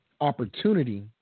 Opportunity